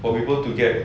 for people to get